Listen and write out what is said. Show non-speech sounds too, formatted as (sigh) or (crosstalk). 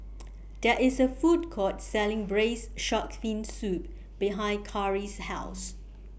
(noise) There IS A Food Court Selling Braised Shark Fin Soup behind Khari's House